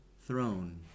Throne